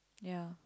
ya